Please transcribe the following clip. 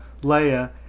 Leia